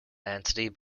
entity